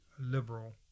liberal